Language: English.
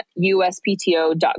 USPTO.gov